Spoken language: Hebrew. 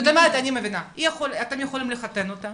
זאת אומרת, אני מבינה, אתם יכולים לחתן אותה